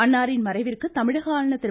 அன்னாரின் மறைவிற்கு தமிழக ஆளுநர் திரு